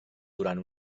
durant